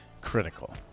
Critical